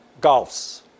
golfs